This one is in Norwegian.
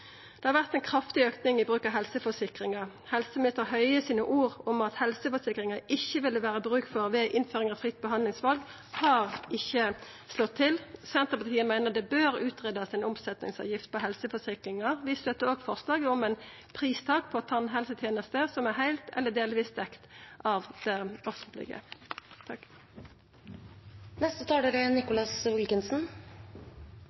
bruk av helseforsikringar. Helseminister Høie sine ord om at det ikkje ville vera bruk for helseforsikringar ved innføring av fritt behandlingsval, har ikkje slått til. Senterpartiet meiner ein bør greia ut ei omsetningsavgift på helseforsikringar. Vi støttar òg forslaget om eit pristak på tannhelsetenester som er heilt eller delvis dekte av det